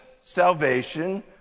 salvation